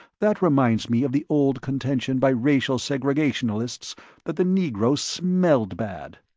that reminds me of the old contention by racial segregationalists that the negroes smelled bad.